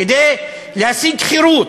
כדי להשיג חירות,